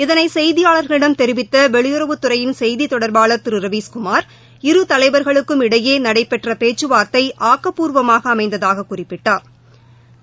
இதனை செய்தியாளர்களிடம் தெரிவித்த வெளியுறவுத்துறையின் செய்தி தொடர்பாளர் திரு ரவீஸ்குமார் இரு தலைவர்களுக்கும் இடையே நடைபெற்ற பேச்சுவார்த்தை ஆக்கப்பூர்வமாக அமைந்ததாகக் குறிப்பிட்டா்